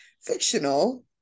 fictional